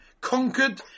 conquered